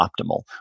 optimal